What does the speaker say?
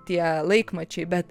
tie laikmačiai bet